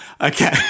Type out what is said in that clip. Okay